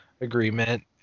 agreement